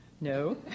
No